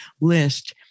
list